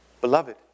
beloved